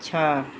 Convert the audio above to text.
छह